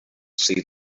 see